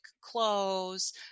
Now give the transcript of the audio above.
clothes